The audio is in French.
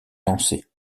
lancer